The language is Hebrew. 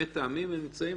הם מתאמים ונמצאים.